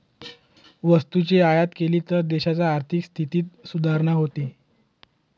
वस्तूची आयात केली तर देशाच्या आर्थिक स्थितीत सुधारणा होते